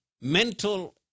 mental